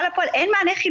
אין לנוRich